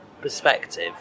perspective